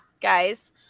guys